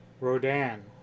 Rodan